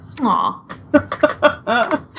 Aw